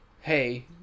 hey